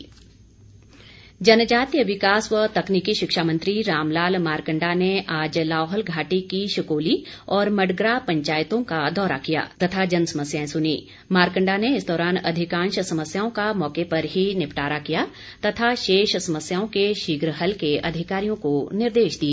मारकंडा जनजातीय विकास व तकनीकी शिक्षा मंत्री रामलाल मारकंडा ने आज लाहौल घाटी की शकोली और मडग्रां पंचायतों का दौरा किया तथा जन समस्याएं सुनी मारकंडा ने इस दौरान अधिकांश समस्याओं का मौके पर ही निपटारा किया तथा शेष समस्याओं के शीघ्र हल के अधिकारियों को निर्देश दिए